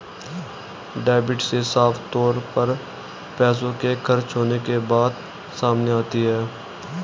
debit से साफ तौर पर पैसों के खर्च होने के बात सामने आती है